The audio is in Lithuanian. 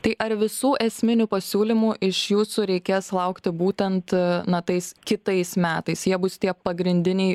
tai ar visų esminių pasiūlymų iš jūsų reikės laukti būtent na tais kitais metais jie bus tie pagrindiniai